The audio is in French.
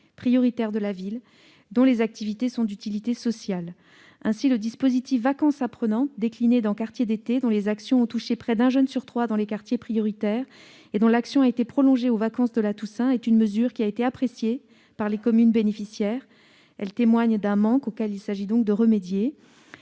politique de la ville -, dont les activités sont d'utilité sociale. Ainsi, le dispositif « Vacances apprenantes », décliné dans le plan Quartiers d'été, dont les actions ont touché près d'un jeune sur trois dans les quartiers prioritaires et qui a été prolongé pour les vacances de la Toussaint, a été apprécié par les communes bénéficiaires. Cela témoigne d'un manque, auquel il s'agit de remédier.